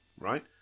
right